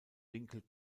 winkel